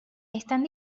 están